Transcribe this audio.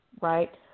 right